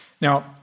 Now